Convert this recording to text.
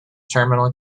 terminal